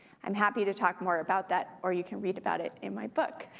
i'm happy to talk more about that, or you can read about it in my book,